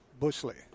Bushley